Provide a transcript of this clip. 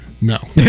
No